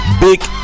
Big